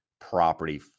property